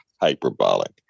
hyperbolic